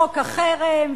חוק החרם,